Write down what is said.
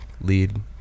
lead